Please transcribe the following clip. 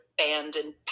abandoned